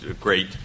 great